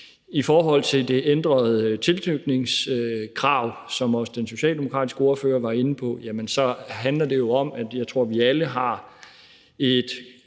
I forhold til det ændrede tilknytningskrav, som også den socialdemokratiske ordfører var inde på, handler det om – og det tror jeg vi alle har et